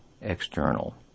external